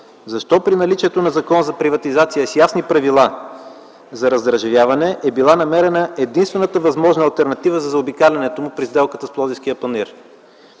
защо при наличието на Закон за приватизацията с ясни правила за раздържавяване е била намерена единствената възможна алтернатива за заобикалянето му при сделката с Пловдивския панаир?